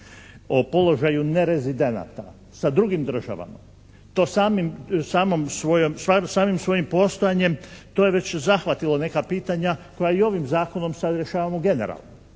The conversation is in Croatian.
o položaju nerezidenata sa drugim državama. To samim svojim postojanjem to je već zahvatilo neka pitanja koja i ovim zakonom sada rješavamo generalno.